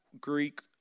Greek